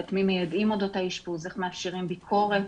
את מי מיידעים אודות האשפוז, איך מאפשרים ביקורת